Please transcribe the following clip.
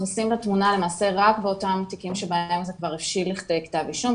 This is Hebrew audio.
אנחנו נכנסים לתמונה רק באותם תיקים שזה כבר הבשיל לכדי כתב אישום,